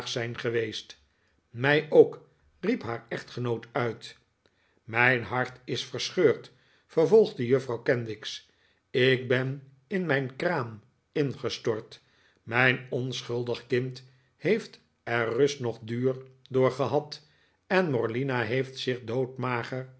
zijn geweest mij ook riep haar echtgenoot uit mijn hart is verscheurd vervolgde juffrouw kenwigs ik ben in mijn kraam ingestort mijn onschuldig kind heeft er rust noch duur door gehad en morlina heeft zich